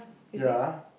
ya